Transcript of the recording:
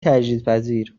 تجدیدپذیر